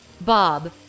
Bob